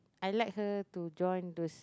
I like her to draw into